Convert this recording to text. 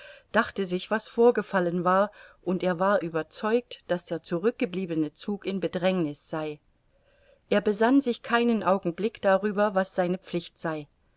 dachte sich was vorgefallen war und er war überzeugt daß der zurückgebliebene zug in bedrängniß sei er besann sich keinen augenblick darüber was seine pflicht sei